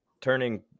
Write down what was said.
turning